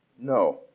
No